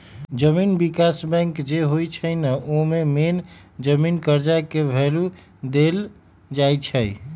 जमीन विकास बैंक जे होई छई न ओमे मेन जमीनी कर्जा के भैलु देल जाई छई